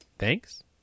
Thanks